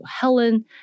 Helen